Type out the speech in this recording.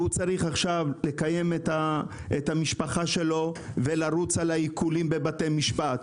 צריך לקיים את המשפחה שלו ולרוץ לעיקולים בבתי משפט.